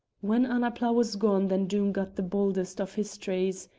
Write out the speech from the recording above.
when annapla was gone then doom got the baldest of histories.